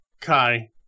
Kai